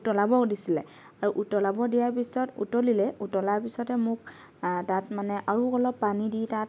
উতলাব দিছিলে আৰু উতলাব দিয়াৰ পিছত উতলিলে উতলাৰ পিছতে মোক তাত মানে আৰু অলপ পানী দি তাত